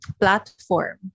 platform